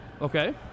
Okay